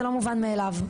זה לא מובן מאליו,